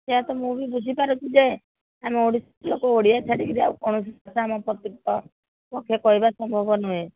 ସେଇଆ ତ ମୁଁ ବି ବୁଝିପାରୁଛି ଯେ ଆମ ଓଡ଼ିଶାର ଲୋକ ଓଡ଼ିଆ ଛାଡ଼ିକିରି ଆଉ କୌଣସି କାମ ପ୍ରତି ତ ପକ୍ଷେ କହିବା ସମ୍ଭବ ନୁହେଁ